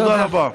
תודה רבה.